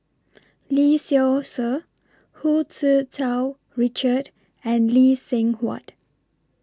Lee Seow Ser Hu Tsu Tau Richard and Lee Seng Huat